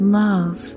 love